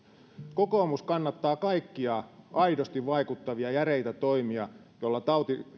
kokoomus kannattaa kaikkia aidosti vaikuttavia järeitä toimia joilla